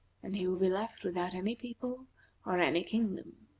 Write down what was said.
and he will be left without any people or any kingdom.